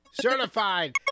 certified